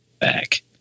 back